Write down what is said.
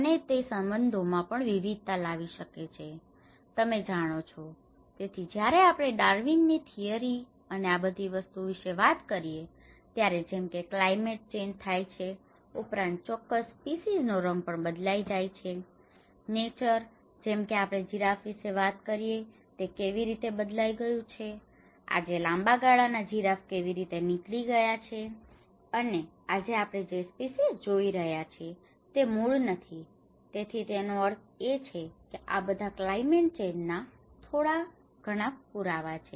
અને તે સંબંધો માં પણ વિવિધતા લાવી શકે છે તે તમે જાણો છો તેથી જયારે આપણે ડાર્વિન ની થિયરી Darwins theory અને આ બધી વસ્તુઓ વિશે વાત કરી એ ત્યારે જેમ કે ક્લાયમેટ ચેન્જ થાય છે ઉપરાંત ચોક્કસ સ્પીસીઝ નો રંગ પણ બદલાય જાય છે નેચર જેમ કે આપણે જિરાફ વિશે વાત કરીએ અને કેવી રીતે તે બદલાય ગયું છે આજે લાંબા ગાળા ના જિરાફ કેવી રીતે નીકળી ગયા છે અને આજે આપણે જે સ્પીસીઝ જોઈ રહ્યા છીએ તે મુળ નથી તેથી તેનો અર્થ એ છે કે આ બધા ક્લાયમેટ ચેન્જ ના થોડા પુરાવા છે